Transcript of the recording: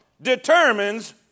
determines